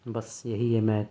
بس یہی ہے میں